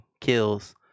kills